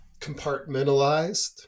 compartmentalized